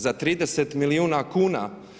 Za 30 milijuna kuna.